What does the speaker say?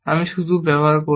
আমি শুধু ব্যবহার করব